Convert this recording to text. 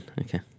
Okay